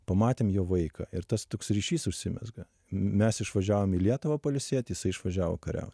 pamatėm jo vaiką ir tas toks ryšys užsimezga mes išvažiavom į lietuvą pailsėti jisai išvažiavo kariaut